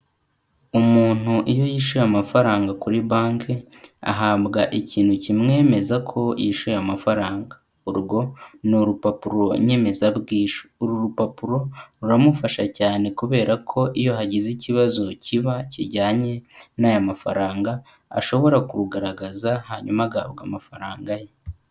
Umuntu iyo yishyuye amafaranga kuri banki ahabwa ikintu kimwemeza ko yishuye ayo mafaranga, urwo ni urupapuro nyemezabwishyu, uru rupapuro ruramufasha cyane kubera ko iyo hagize ikibazo kiba kijyanye n'aya mafaranga, ashobora kurugaragaza hanyuma agahabwa amafaranga ye.